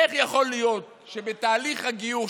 איך יכול להיות שבתהליך הגיור,